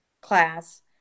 class